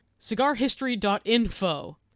cigarhistory.info